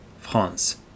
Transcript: France